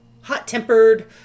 hot-tempered